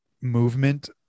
movement